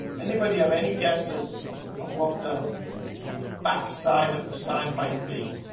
anybody have any guesses of what the backside of the sign might be.